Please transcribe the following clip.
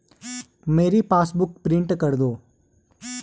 मेरी passbook print कर दो